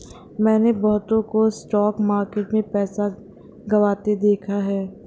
मैंने बहुतों को स्टॉक मार्केट में पैसा गंवाते देखा हैं